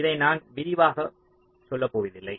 இதை நான் விரிவாக்கப் போவதில்லை